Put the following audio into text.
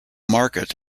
market